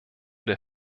der